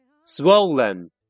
swollen